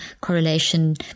correlation